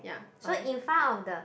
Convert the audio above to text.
so in front of the